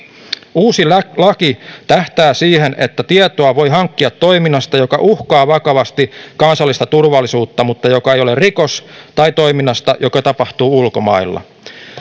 uusi laki tähtää siihen että tietoa voi hankkia toiminnasta joka uhkaa vakavasti kansallista turvallisuutta mutta joka ei ole rikos tai toiminnasta joka tapahtuu ulkomailla